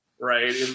Right